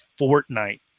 Fortnite